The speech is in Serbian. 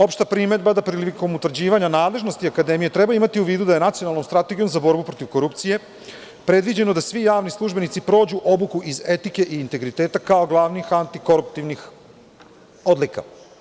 Opšta primedba je da prilikom utvrđivanja nadležnosti akademije treba imati u vidu da je Nacionalnom strategijom za borbu protiv korupcije predviđeno da svi javni službenici prođu obuku iz etike i integriteta kao glavnih antikoruptivnih odlika.